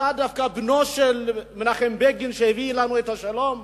אתה דווקא בנו של מנחם בגין, שהביא לנו את השלום.